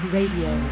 Radio